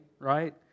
right